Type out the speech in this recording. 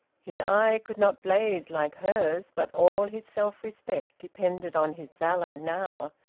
his eye could not blaze like hers, but all his self-respect depended on his valour now,